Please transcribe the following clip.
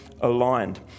aligned